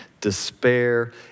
Despair